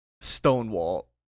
stonewall